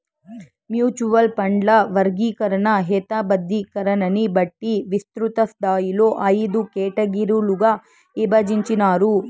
mutual ఫండ్ల వర్గీకరణ, హేతబద్ధీకరణని బట్టి విస్తృతస్థాయిలో అయిదు కేటగిరీలుగా ఇభజించినారు